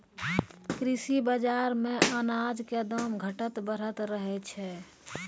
कृषि बाजार मॅ अनाज के दाम घटतॅ बढ़तॅ रहै छै